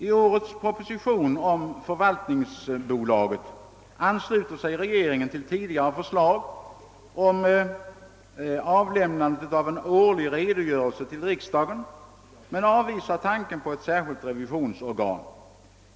I årets proposition om förvaltningsbolaget ansluter sig regeringen till tidigare förslag, att en årlig redogörelse skulle lämnas riksdagen, men avvisar tanken på ett särskilt revisionsorgan.